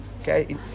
Okay